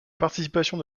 participation